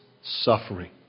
suffering